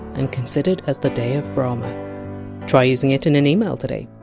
and considered as the day of brahma try using it in an email today!